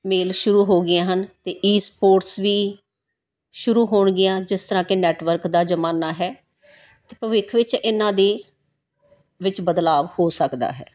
ਮੇਲ ਸ਼ੁਰੂ ਹੋਗੀਆਂ ਹਨ ਅਤੇ ਈਸਪੋਟਸ ਵੀ ਸ਼ੁਰੂ ਹੋਣਗੀਆਂ ਜਿਸ ਤਰ੍ਹਾਂ ਕੇ ਨੈੱਟਵਰਕ ਦਾ ਜਮਾਨਾ ਹੈ ਜਤੇ ਭਵਿੱਖ ਵਿੱਚ ਇਹਨਾਂ ਦੀ ਵਿੱਚ ਬਦਲਾਅ ਹੋ ਸਕਦਾ ਹੈ